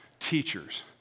Teachers